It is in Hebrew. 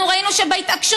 ידנית.